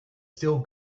still